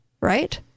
right